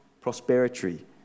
prosperity